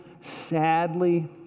sadly